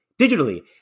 digitally